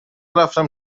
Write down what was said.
رفتم